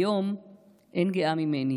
היום אין גאה ממני